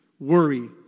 Worry